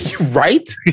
Right